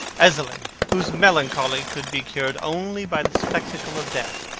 ezzelin, whose melancholy could be cured only by the spectacle of death,